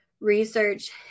Research